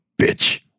bitch